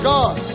God